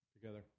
together